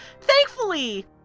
thankfully